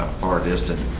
far distant